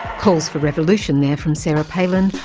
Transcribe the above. calls for revolution there from sarah palin,